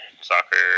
soccer